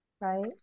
right